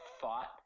thought